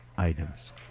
items